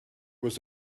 was